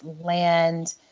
land